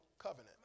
Covenant